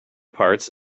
parts